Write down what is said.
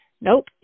nope